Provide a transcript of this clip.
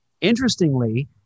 interestingly